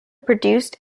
produced